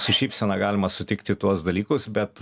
su šypsena galima sutikti tuos dalykus bet